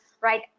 right